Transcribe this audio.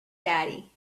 daddy